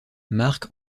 marque